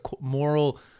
moral